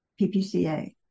ppca